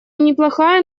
неплохая